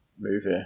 movie